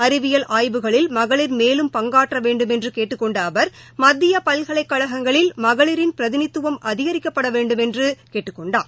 அறிவியல் ஆய்வுகளில் மகளிர் மேலும் பங்காற்ற வேண்டுமென்று கேட்டுக் கொண்ட அவர் மத்திய பல்கலைக்கழகங்களில் மகளிரின் பிரதிநிதித்துவம் அதிகரிக்கப்பட வேண்டுமென்று குடியரசுத் தலைவர் கேட்டுக் கொண்டார்